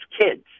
kids